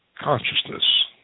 consciousness